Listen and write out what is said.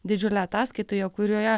didžiulę ataskaitą kurioje